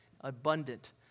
abundant